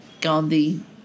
Gandhi